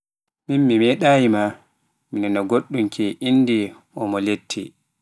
Min mi medayi ma mi nanaana innde goɗɗum ke Olelete.